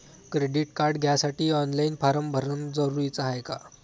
Credit card घ्यासाठी online form भरन जरुरीच हाय का?